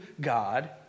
God